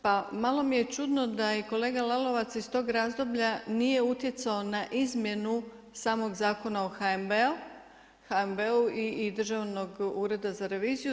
Pa malo mi je čudno da je kolega Lalovac iz tog razdoblja nije utjecao na izmjenu samog Zakona o HNB-u i Državnog ureda za reviziju.